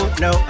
no